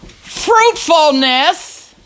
Fruitfulness